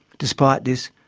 despite this,